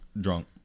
drunk